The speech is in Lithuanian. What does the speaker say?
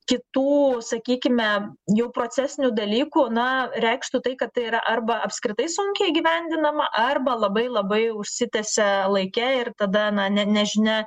kitų sakykime jų procesinių dalykų na reikštų tai kad tai yra arba apskritai sunkiai įgyvendinama arba labai labai užsitęsia laike ir tada na ne nežinia